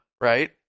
right